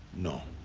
no.